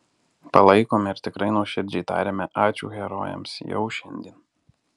palaikome ir tikrai nuoširdžiai tariame ačiū herojams jau šiandien